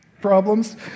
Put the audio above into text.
problems